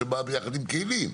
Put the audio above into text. שבאה ביחד עם כלים,